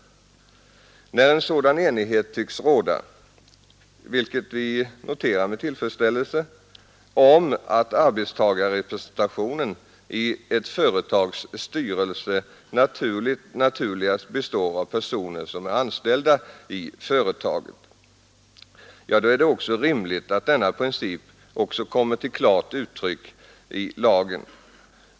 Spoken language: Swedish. När en sådan enighet tycks råda — vilket vi noterar med tillfredsställelse — om att arbetstagarrepresentationen i ett företags styrelse naturligast består av personer, som är anställda i företaget, är det rimligt att denna princip kommer till klart uttryck i lagen.